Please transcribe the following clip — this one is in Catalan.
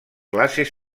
classes